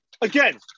again